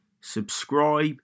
subscribe